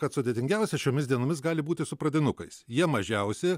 kad sudėtingiausia šiomis dienomis gali būti su pradinukais jie mažiausi